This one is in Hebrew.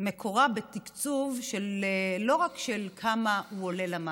שמקורה בתקצוב, לא רק של כמה הילד עולה למערכת,